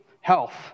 health